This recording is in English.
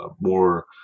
more